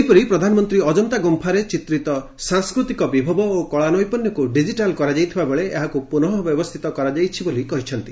ସେହିପରି ପ୍ରଧାନମନ୍ତ୍ରୀ ଅଜନ୍ତା ଗୁମ୍ଫାରେ ଚିତ୍ରିତ ସାଂସ୍କୃତିକ ବିଭବ ଓ କଳାନୈପୁଣ୍ୟକୁ ଡିଜିଟାଲ୍ କରାଯାଇଥିବାବେଳେ ଏହାକୁ ପୁନଃ ବ୍ୟବସ୍ଥିତ କରାଯାଇଛି ବୋଲି କହିଛନ୍ତି